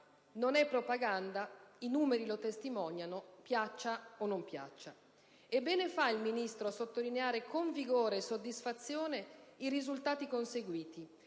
Non è propaganda: i numeri lo testimoniano, piaccia o non piaccia. E bene fa il Ministro a sottolineare con vigore e soddisfazione i risultati conseguiti,